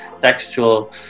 textual